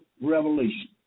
Revelation